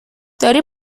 داری